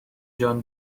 جان